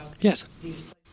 Yes